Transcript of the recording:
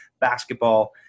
basketball